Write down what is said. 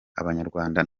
abanyarwanda